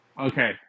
okay